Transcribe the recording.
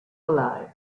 alive